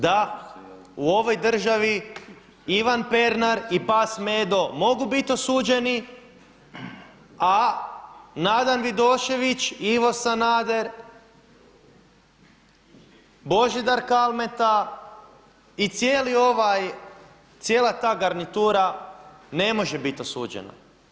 Da u ovoj državi Ivan Pernar i pas Medo mogu biti osuđeni, a Nadan Vidošević, Ivo Sanader, Božidar Kalmeta i cijela ta garnitura ne može biti osuđena.